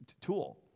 tool